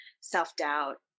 self-doubt